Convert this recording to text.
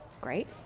Great